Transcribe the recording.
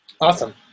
Awesome